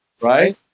right